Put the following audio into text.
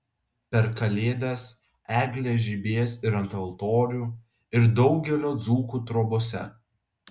per kalėdas eglės žibės ir ant altorių ir daugelio dzūkų trobose